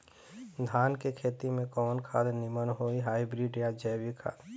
धान के खेती में कवन खाद नीमन होई हाइब्रिड या जैविक खाद?